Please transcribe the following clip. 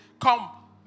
come